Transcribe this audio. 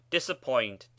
Disappoint